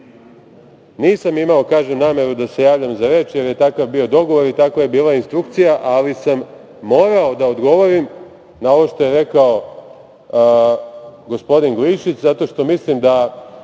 slave. Nisam imao, kažem, nameru da se javljam za reč, jer je takav bio dogovor i takva je bila instrukcija, ali sam morao da odgovorim na ovo što je rekao gospodin Glišić zato što mislim da